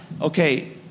okay